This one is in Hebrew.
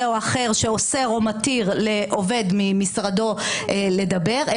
או אחר שאוסר או מתיר לעובד ממשרדו לדבר,